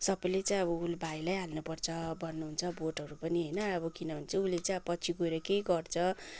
सबैले चाहिँ अब ऊ भाइलाई हाल्नुपर्छ भन्नुहुन्छ भोटहरू पनि होइन अब किनभने चाहिँ उसले चाहिँ पछि गएर केही गर्छ